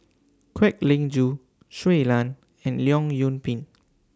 Kwek Leng Joo Shui Lan and Leong Yoon Pin